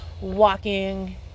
walking